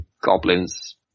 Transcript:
goblins